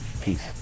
Peace